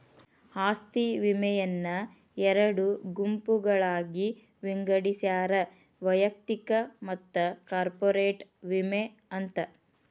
ಆಸ್ತಿ ವಿಮೆಯನ್ನ ಎರಡು ಗುಂಪುಗಳಾಗಿ ವಿಂಗಡಿಸ್ಯಾರ ವೈಯಕ್ತಿಕ ಮತ್ತ ಕಾರ್ಪೊರೇಟ್ ವಿಮೆ ಅಂತ